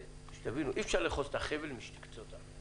שתבין אותי - אי אפשר לאחוז את החבל משני קצותיו.